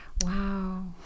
Wow